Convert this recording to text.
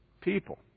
People